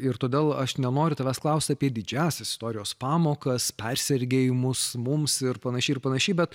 ir todėl aš nenoriu tavęs klausti apie didžiąsias istorijos pamokas persergėjimus mums ir panašiai ir panašiai bet